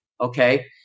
Okay